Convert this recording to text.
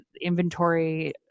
inventory